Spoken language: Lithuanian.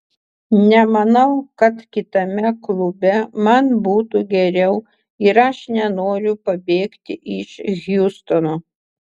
nemanau kad kitame klube man būtų geriau ir aš nenoriu pabėgti iš hjustono